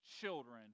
children